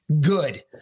good